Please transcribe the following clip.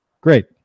Great